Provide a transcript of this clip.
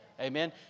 Amen